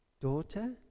daughter